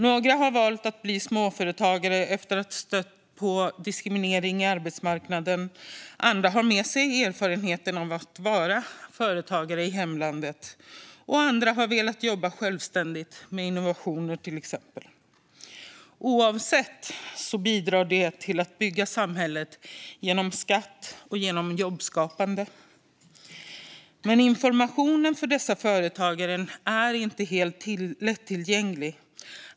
Några har valt att bli småföretagare efter att stött på diskriminering på arbetsmarknaden. Andra har med sig erfarenheten av att ha varit företagare i hemlandet. Andra har velat jobba självständigt med till exempel innovationer. Oavsett vilket bidrar de till att bygga samhället genom skatt och genom jobbskapande. Men informationen för dessa företagare är inte helt lättillgänglig.